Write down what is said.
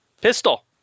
pistol